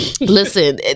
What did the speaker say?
Listen